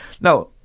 Now